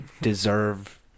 deserve